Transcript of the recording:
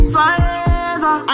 Forever